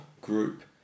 group